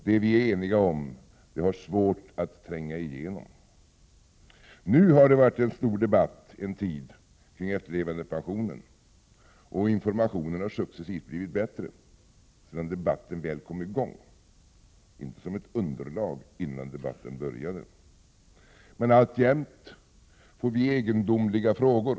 Det vi är eniga om har svårt att tränga igenom. Det har nu en tid varit en omfattande debatt kring efterlevandepensionen. Informationen har successivt blivit bättre sedan debatten väl kom i gång, inte som ett underlag innan debatten började. Alltjämt får vi dock egendomliga frågor.